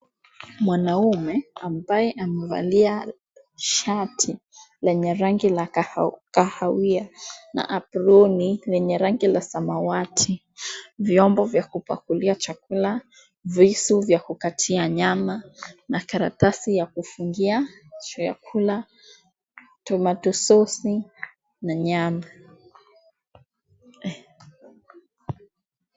Mwanaume ambaye amevalia shati lenye rangi ya kahawia na aproni yenye rangi ya samawati, vyombo vya kupakulia chakula, visu vya kukatia nyama, na karatasi ya kufungia chakula, tomato sauce na nyama.